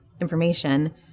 information